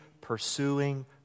pursuing